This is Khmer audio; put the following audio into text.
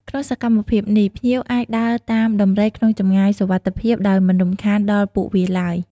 ក្នុងសកម្មភាពនេះ ភ្ញៀវអាចដើរតាមដំរីក្នុងចម្ងាយសុវត្ថិភាព ដោយមិនរំខានដល់ពួកវាឡើយ។